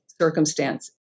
circumstance